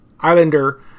Islander